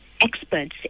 experts